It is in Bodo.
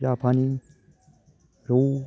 जापानि रौ